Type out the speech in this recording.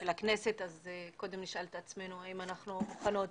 אז קודם נשאל את עצמנו אם אנחנו מוכנות